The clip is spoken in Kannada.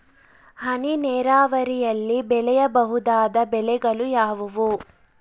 ಹನಿ ನೇರಾವರಿಯಲ್ಲಿ ಬೆಳೆಯಬಹುದಾದ ಬೆಳೆಗಳು ಯಾವುವು?